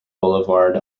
boulevard